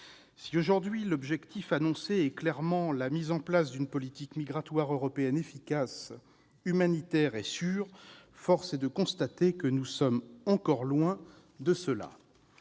Si aujourd'hui l'objectif annoncé est clairement la mise en place d'une politique migratoire européenne efficace, humanitaire et sûre, force est de constater que nous sommes encore loin de cela.